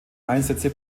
einsätze